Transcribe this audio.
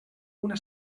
una